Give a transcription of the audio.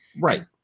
right